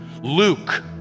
Luke